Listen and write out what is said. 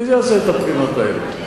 מי זה יעשה את הבחינות האלה?